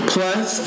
Plus